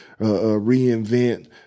reinvent